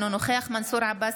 אינו נוכח מנסור עבאס,